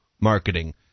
marketing